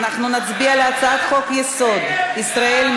אנחנו נצביע על הצעת חוק-יסוד: ישראל,